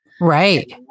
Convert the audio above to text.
Right